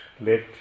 let